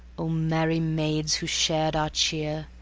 o merry maids who shared our cheer,